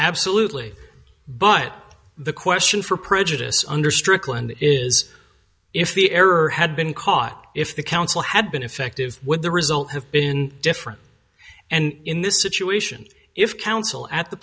absolutely but the question for prejudice under strickland is if the error had been caught if the counsel had been effective would the result have been different and in this situation if counsel at the